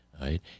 right